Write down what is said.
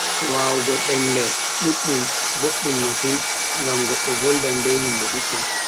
wawugo dengle duddum boddum masin, ngam goddo voldan be himbe duddum